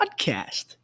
podcast